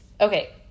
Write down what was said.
Okay